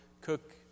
cook